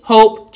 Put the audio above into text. Hope